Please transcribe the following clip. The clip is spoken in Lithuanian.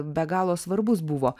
be galo svarbus buvo